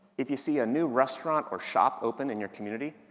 if you see a new restaurant or shop opened in your community,